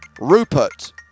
Rupert